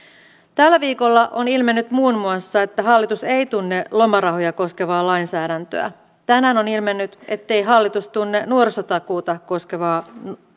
tällä viikolla on ilmennyt muun muassa että hallitus ei tunne lomarahoja koskevaa lainsäädäntöä tänään on ilmennyt ettei hallitus tunne nuorisotakuuta koskevaa